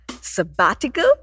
sabbatical